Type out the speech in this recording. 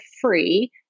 free